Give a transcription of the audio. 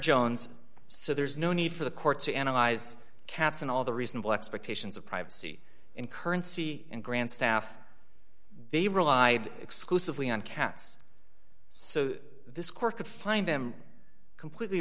jones so there is no need for the court to analyze cats and all the reasonable expectations of privacy in currency and grant staff they rely exclusively on cats so this court could find them completely